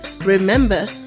Remember